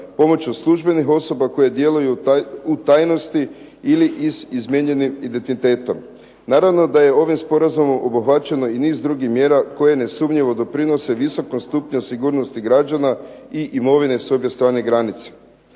pomoću službenih osoba koje djeluju u tajnosti ili s izmijenjenim identitetom. Naravno da je ovim sporazumom obuhvaćeno i niz drugih mjera koje nesumnjivo doprinose visokom stupnju sigurnosti građana i imovine s obje strane granice.